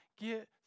get